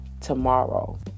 tomorrow